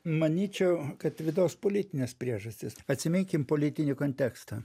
manyčiau kad vidaus politinės priežastys atsiminkim politinį kontekstą